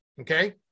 okay